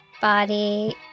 body